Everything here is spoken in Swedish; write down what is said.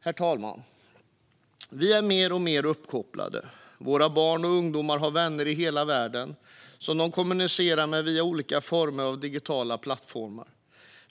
Herr talman! Vi är mer och mer uppkopplade. Våra barn och ungdomar har vänner i hela världen som de kommunicerar med via olika digitala plattformar.